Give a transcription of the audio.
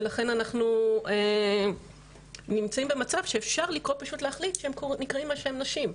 ולכן אנחנו נמצאים במצב שאפשר לקרוא פשוט להחליט שהם נקראים על שם נשים,